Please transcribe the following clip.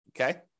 okay